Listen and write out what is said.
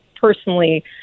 personally